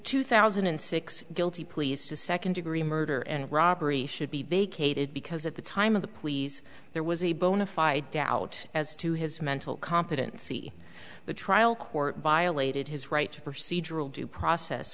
two thousand and six guilty pleas to second degree murder and robbery should be vacated because at the time of the please there was a bonafide doubt as to his mental competency the trial court violated his right to proceed rule due process